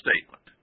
statement